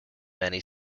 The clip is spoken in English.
many